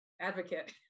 advocate